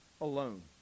alone